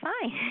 fine